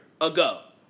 ago